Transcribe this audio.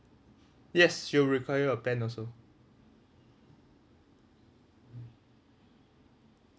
yes she will require a band